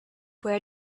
where